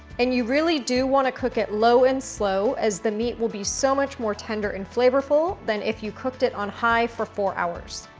and you really do want to cook it low and slow as the meat will be so much more tender and flavorful than if you cooked it on high for four hours.